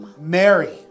Mary